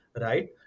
right